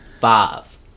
five